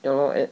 ya lor and